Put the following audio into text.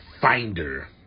finder